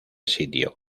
sitio